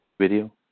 video